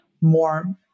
more